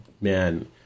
man